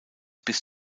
bis